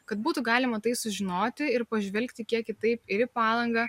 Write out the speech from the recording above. kad būtų galima tai sužinoti ir pažvelgti kiek kitaip ir į palangą